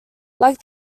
like